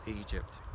Egypt